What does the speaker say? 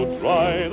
try